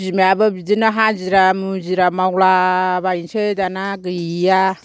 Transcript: बिमायाबो बिदिनो हाजिरा मुजिरा मावलाबायसै दाना गैया